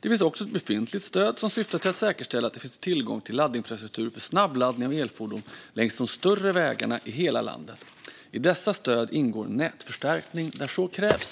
Det finns också ett befintligt stöd som syftar till att säkerställa att det finns tillgång till laddinfrastruktur för snabbladdning av elfordon längs de större vägarna i hela landet. I dessa stöd ingår nätförstärkning där så krävs.